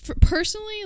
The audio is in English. personally